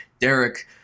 Derek